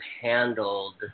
handled